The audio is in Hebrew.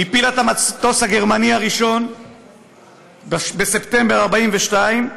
היא הפילה את המטוס הגרמני הראשון בספטמבר 1942,